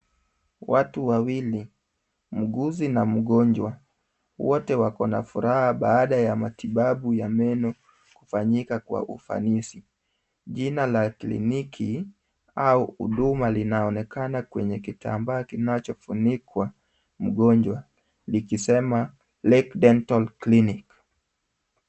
Watu wawili muuguzi na mgonjwa wote wako na furaha baada ya matibabu ya meno kufanyika kwa ufanisi. Jina la kliniki au huduma linaonekana kwenye kitambaa kinachofunikwa mgonjwa likisema Lake Dental Clinic.